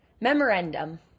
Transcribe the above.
Memorandum